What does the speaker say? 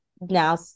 now